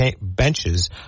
benches